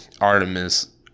Artemis